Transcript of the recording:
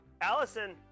Allison